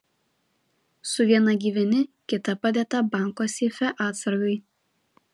su viena gyveni kita padėta banko seife atsargai